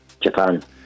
Japan